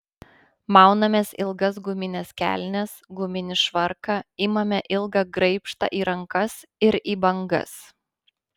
maunamės ilgas gumines kelnes guminį švarką imame ilgą graibštą į rankas ir į bangas